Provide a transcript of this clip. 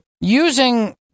using